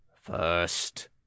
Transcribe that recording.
First